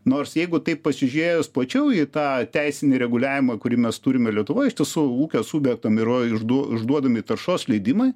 nors jeigu taip pasižiūrėjus plačiau į tą teisinį reguliavimą kurį mes turime lietuvoj iš tiesų ūkio subjektam yruo išduo išduodami taršos leidimai